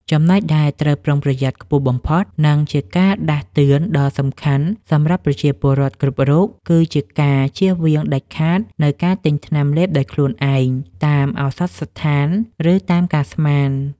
ចំណុចដែលត្រូវប្រុងប្រយ័ត្នខ្ពស់បំផុត និងជាការដាស់តឿនដ៏សំខាន់សម្រាប់ប្រជាពលរដ្ឋគ្រប់រូប គឺការជៀសវាងដាច់ខាតនូវការទិញថ្នាំលេបដោយខ្លួនឯងតាមឱសថស្ថាន ឬតាមការស្មាន។